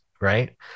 right